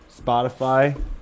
Spotify